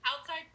outside